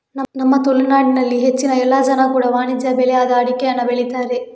ನಮ್ಮ ತುಳುನಾಡಿನಲ್ಲಿ ಹೆಚ್ಚಿನ ಎಲ್ಲ ಜನ ಕೂಡಾ ವಾಣಿಜ್ಯ ಬೆಳೆ ಆದ ಅಡಿಕೆಯನ್ನ ಬೆಳೀತಾರೆ